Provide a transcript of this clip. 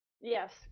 Yes